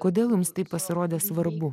kodėl jums tai pasirodė svarbu